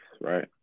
right